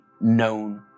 known